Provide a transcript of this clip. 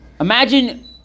Imagine